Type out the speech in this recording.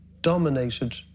dominated